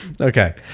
Okay